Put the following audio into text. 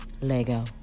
lego